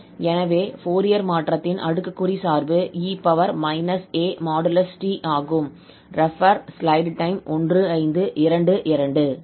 எனவே ஃபோரியர் மாற்றத்தின் அடுக்குக்குறி சார்பு 𝑒−𝑎|𝑡| ஆகும்